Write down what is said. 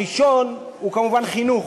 הראשון הוא, כמובן, חינוך,